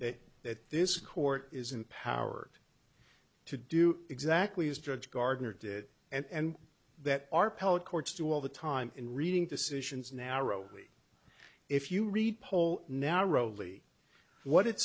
that that this court is empowered to do exactly as judge gardner did and that our pellet courts do all the time in reading decisions narrow if you read poll narrowly what it